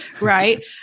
right